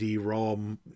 ROM